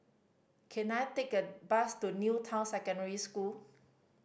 can I take a bus to New Town Secondary School